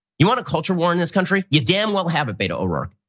you want a culture war in this country? you damn well have it beto o' rourke.